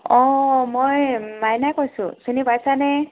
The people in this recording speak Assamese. অ মই মাইনায়ে কৈছোঁ চিনি পাইছানে